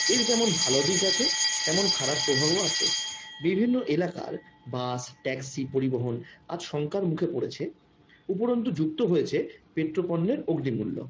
এর যেমন ভালো দিক আছে তেমন খারাপ প্রভাবও আছে বিভিন্ন এলাকার বাস ট্যাক্সি পরিবহন আজ শঙ্কার মুখে পড়েছে উপরন্তু যুক্ত হয়েছে পেট্রো পণ্যের অগ্নিমূল্য